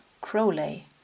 Crowley